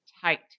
tight